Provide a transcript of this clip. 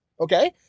okay